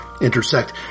intersect